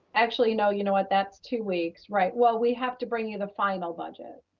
actually, no, you know what, that's two weeks, right? well, we have to bring you the final budget.